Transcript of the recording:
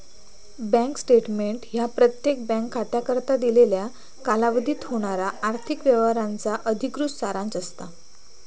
bank statement ह्या प्रत्येक bank खात्याकरता दिलेल्या कालावधीत होणारा आर्थिक व्यवहारांचा अधिकृत सारांश असता